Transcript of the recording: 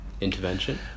intervention